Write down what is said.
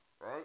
right